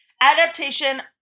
Adaptation